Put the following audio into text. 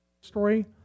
story